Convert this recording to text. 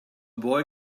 boy